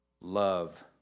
love